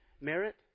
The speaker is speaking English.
merit